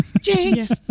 Jinx